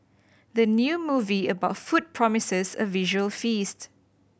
the new movie about food promises a visual feast